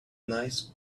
nice